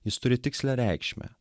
jis turi tikslią reikšmę